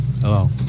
Hello